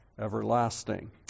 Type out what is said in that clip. everlasting